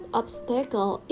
obstacle